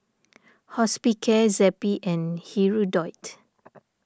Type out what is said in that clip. Hospicare Zappy and Hirudoid